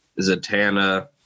Zatanna